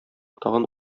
тагын